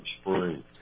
spring